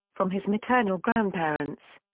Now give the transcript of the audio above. from his maternal grandparents.